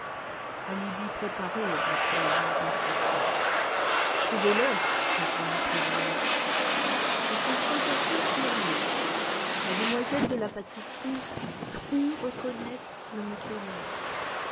alibi préparé objecta le juge d'instruction prouvez-le répondit prévailles des confrontations eurent lieu la demoiselle de la pâtisserie crut reconnaître le monsieur au monocle